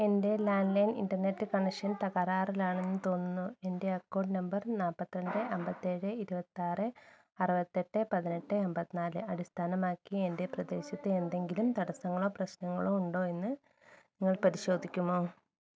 എന്റെ land line internet connection തകരാറിലാണെന്നു തോന്നുന്നു എന്റെ അക്കൗണ്ട് നമ്പർ നാല്പ്പത്തിരണ്ട് അന്പത്തിയേഴ് ഇരുപത്തിയാറ് അറുപത്തിയെട്ട് പതിനെട്ട് എണ്പത്തിനാല് അടിസ്ഥാനമാക്കി എന്റെ പ്രദേശത്ത് എന്തെങ്കിലും തടസ്സങ്ങളോ പ്രശ്നങ്ങളോ ഉണ്ടോ എന്ന് നിങ്ങൾ പരിശോധിക്കുമോ